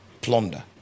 plunder